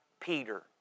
Peter